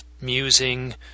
musing